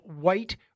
white